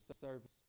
service